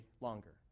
longer